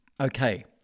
Okay